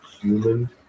human